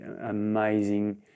amazing